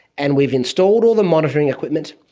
and we've installed all the monitoring equipment,